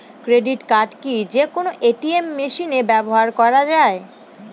Credit card কি যে কোনো এ.টি.এম মেশিনে ব্যবহার করা য়ায়?